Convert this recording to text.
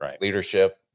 leadership